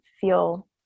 feel